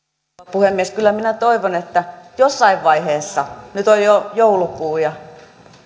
puhemies kyllä minä toivon että jossain vaiheessa nyt on jo joulukuu ja